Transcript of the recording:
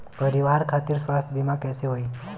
परिवार खातिर स्वास्थ्य बीमा कैसे होई?